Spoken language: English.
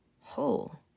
whole